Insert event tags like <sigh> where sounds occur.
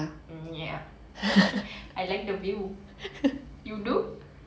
<noise> ya I like the view you do